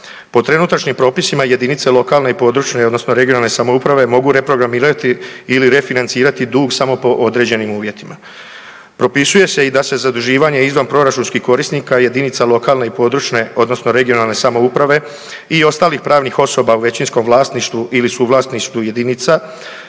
Po trenutačnim propisima jedinice lokalne i područne odnosno regionalne samouprave mogu reprogramirati ili refinancirati dug samo po određenim uvjetima. Propisuje se i da se i zaduživanje izvanproračunskih korisnika jedinica lokalne i područne odnosno regionalne samouprave i ostalih pravnih osoba u većinskom vlasništvu ili suvlasništvu jedinica